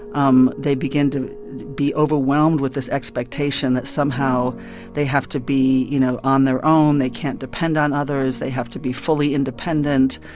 um they begin to be overwhelmed with this expectation that somehow they have to be, you know, on their own, they can't depend on others, they have to be fully independent,